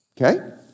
Okay